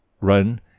run